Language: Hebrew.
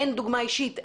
אין דוגמה אישית.